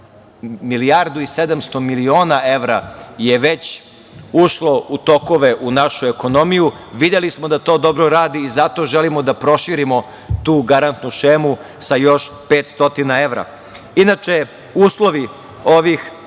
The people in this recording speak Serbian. milijardu i 700 miliona evra je već ušlo u tokove u našu ekonomiju. Videli smo da to dobro i zato želimo da proširimo tu garantnu šemu sa još 500 evra. Inače, uslovi ovih